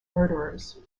murderers